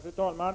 Fru talman!